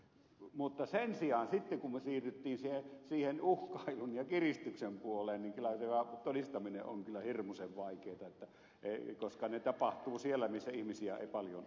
mutta sen sijaan sitten kun me siirryimme siihen uhkailun ja kiristyksen puoleen niin kyllä niiden todistaminen on hirmuisen vaikeaa koska ne tapahtuvat siellä missä ihmisiä ei paljon ole